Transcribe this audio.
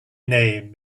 name